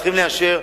צריכים לאשר,